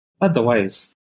Otherwise